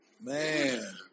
Man